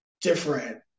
different